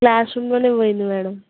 class రూమ్లోనే పోయింది madam